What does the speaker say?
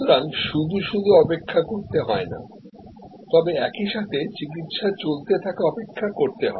সুতরাং শুধু শুধু অপেক্ষা করতে হয় না তবে একই সাথে চিকিত্সা চলতে থাকা অপেক্ষা করতে হয়